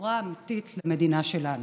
ובשורה אמיתית למדינה שלנו.